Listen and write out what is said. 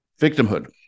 victimhood